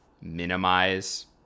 minimize